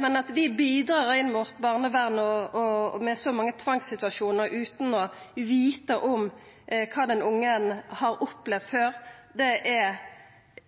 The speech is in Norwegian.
men at dei bidrar inn mot barnevernet med så mange tvangssituasjonar, utan å vita kva den ungen har opplevd før, er